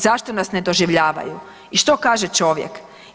Zašto nas ne doživljavaju?“ I što kaže čovjek?